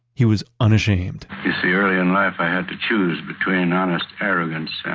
he was unashamed you see, earlier in life, i had to choose between honest arrogance